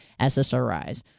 SSRIs